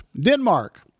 Denmark